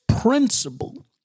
principle